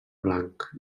blanc